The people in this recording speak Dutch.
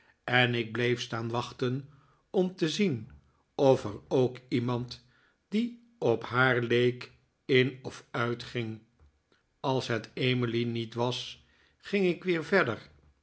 en ik bleef staan wachten om te zien of er ook iemand die op haar leek in of uitging als het emily niet was ging ik weer verder